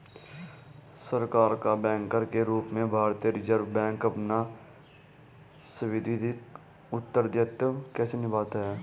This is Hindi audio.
सरकार का बैंकर के रूप में भारतीय रिज़र्व बैंक अपना सांविधिक उत्तरदायित्व कैसे निभाता है?